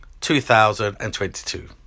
2022